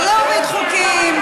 לא להוריד חוקים.